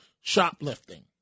shoplifting